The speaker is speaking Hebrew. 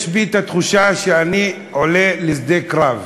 יש בי התחושה שאני עולה לשדה קרב.